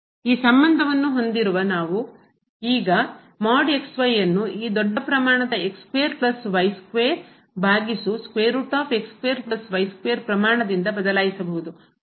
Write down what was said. ಈ ಸಂಬಂಧವನ್ನು ಹೊಂದಿರುವ ನಾವು ಈಗ ಈ ದೊಡ್ಡ ಪ್ರಮಾಣದ ಭಾಗಿಸು ಪ್ರಮಾಣದಿಂದ ಬದಲಾಯಿಸಬಹುದು